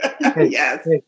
yes